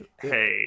hey